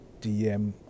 DM